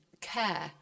Care